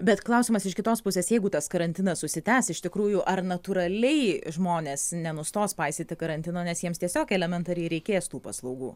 bet klausimas iš kitos pusės jeigu tas karantinas užsitęs iš tikrųjų ar natūraliai žmonės nenustos paisyti karantino nes jiems tiesiog elementariai reikės tų paslaugų